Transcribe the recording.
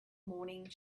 morning